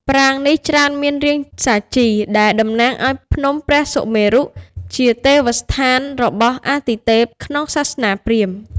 ប្រាង្គនេះច្រើនមានរាងសាជី ដែលតំណាងឱ្យភ្នំព្រះសុមេរុ ជាទេវស្ថានរបស់អាទិទេពក្នុងសាសនាព្រាហ្មណ៍។